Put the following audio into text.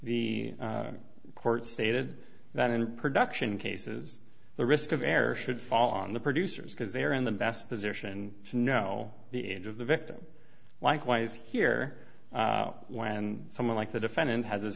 case the court stated that in production cases the risk of error should fall on the producers because they are in the best position to know the age of the victim likewise here when someone like the defendant has his